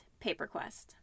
PaperQuest